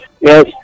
Yes